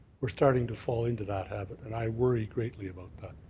are starting to fall into that habit, and i worry greatly about that.